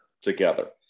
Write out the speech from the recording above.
together